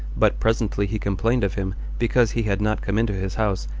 but presently he complained of him, because he had not come into his house,